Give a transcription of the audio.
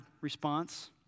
response